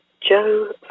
Joe